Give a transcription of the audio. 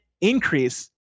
increase